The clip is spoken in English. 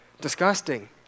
Disgusting